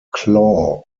claw